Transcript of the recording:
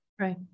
right